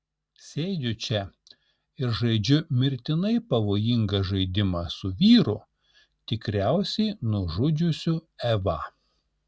sėdžiu čia ir žaidžiu mirtinai pavojingą žaidimą su vyru tikriausiai nužudžiusiu evą